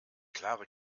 klare